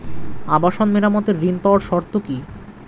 আবাসন মেরামতের ঋণ পাওয়ার শর্ত কি?